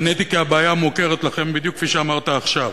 נעניתי שהבעיה מוכרת לכם, בדיוק כפי שאמרת עכשיו.